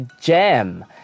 jam